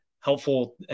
Helpful